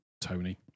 Tony